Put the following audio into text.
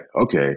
okay